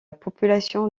population